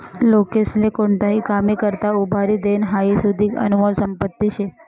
लोकेस्ले कोणताही कामी करता उभारी देनं हाई सुदीक आनमोल संपत्ती शे